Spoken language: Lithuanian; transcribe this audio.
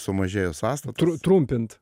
sumažėjo sąstatas trumpint